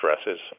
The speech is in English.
stresses